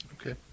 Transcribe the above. Okay